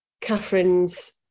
Catherine's